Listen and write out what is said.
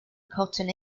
cotton